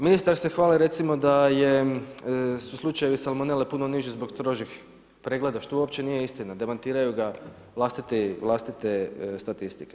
Ministar se hvali recimo da su slučajevi salmonele punu niži zbog strožih pregleda, što uopće nije istina, demantiraju ga vlastite statistike.